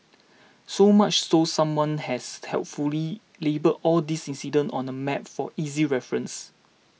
so much so someone has helpfully labelled all these incidents on a map for easy reference